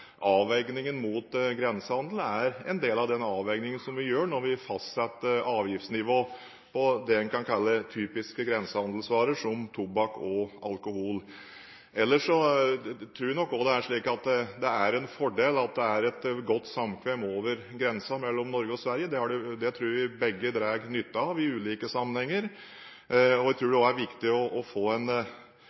er avveiningen mot grensehandel en del av den avveiningen som vi gjør når vi fastsetter avgiftsnivået på det en kan kalle typiske grensehandelsvarer, som tobakk og alkohol. Ellers tror jeg nok også det er en fordel at det er et godt samkvem over grensen mellom Norge og Sverige. Det tror jeg begge land drar nytte av i ulike sammenhenger. Jeg tror det også er viktig å få